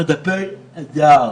המטפל הזר